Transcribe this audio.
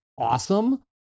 awesome